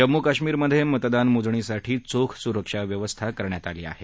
जम्मू कश्मीरमधे मतदान मोजणीसाठी चोख सुरक्षा व्यवस्था करण्यात आली आहे